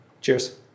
Cheers